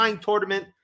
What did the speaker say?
tournament